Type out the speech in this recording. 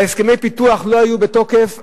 והסכמי הפיתוח לא היו בתוקף,